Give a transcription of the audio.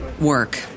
work